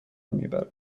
میبرد